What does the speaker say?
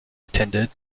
attended